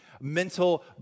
Mental